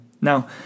Now